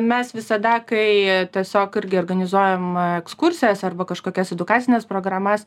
mes visada kai tiesiog irgi organizuojam ekskursijas arba kažkokias edukacines programas